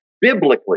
biblically